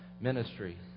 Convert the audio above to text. ministry